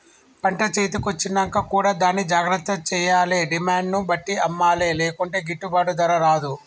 పంట చేతి కొచ్చినంక కూడా దాన్ని జాగ్రత్త చేయాలే డిమాండ్ ను బట్టి అమ్మలే లేకుంటే గిట్టుబాటు ధర రాదు